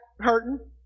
hurting